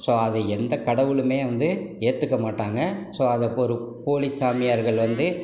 so அதை எந்த கடவுளுமே வந்து ஏற்றுக்க மாட்டாங்க ஸோ அதபொறுப் போலி சாமியார்கள் வந்து